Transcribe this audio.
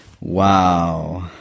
wow